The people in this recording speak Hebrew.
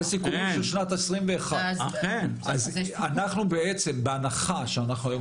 זה יהיה סיכומים של שנת 2021. בהנחה שאנחנו היום